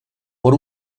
por